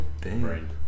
Brain